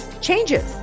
changes